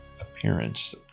appearance